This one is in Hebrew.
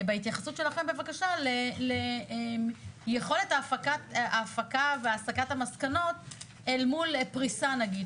בהתייחסות שלכם בבקשה ליכולת ההפקה והסקת המסקנות אל מול פריסה נגיד,